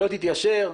לא תתיישר,